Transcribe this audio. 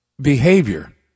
behavior